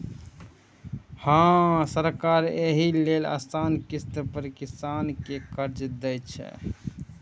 हां, सरकार एहि लेल आसान किस्त पर किसान कें कर्ज दै छै